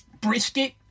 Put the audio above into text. Brisket